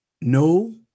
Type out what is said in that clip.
No